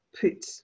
put